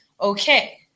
okay